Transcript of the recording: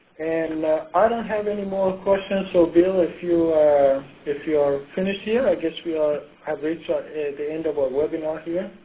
and i don't have any more questions so bill, if you know if you're finished here, i guess we have reached the end of our webinar here.